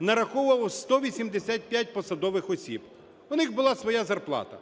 нараховував 185 посадових осіб, у них була своя зарплата.